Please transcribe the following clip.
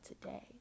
today